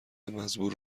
مزبور